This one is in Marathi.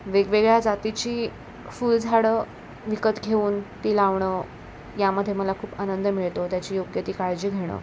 वेगवेगळ्या जातीची फुलझाडं विकत घेऊन ती लावणं यामध्ये मला खूप आनंद मिळतो त्याची योग्य ती काळजी घेणं